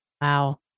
Wow